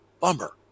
bummer